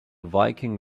viking